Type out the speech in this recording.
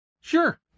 Sure